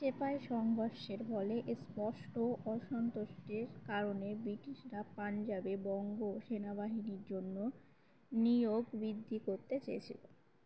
চেপাই সংবর্ষের ফলে স্পষ্ট অসন্তোষ্টের কারণে ব্রিটিশরা পাঞ্জাবে বঙ্গ সেনাবাহির জন্য নিয়ক বৃদ্ধি করতে চেছিলো